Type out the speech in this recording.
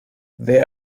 they